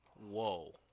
Whoa